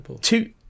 Two